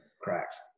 cracks